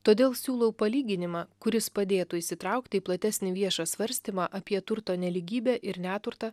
todėl siūlau palyginimą kuris padėtų įsitraukti į platesnį viešą svarstymą apie turto nelygybę ir neturtą